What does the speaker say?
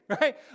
right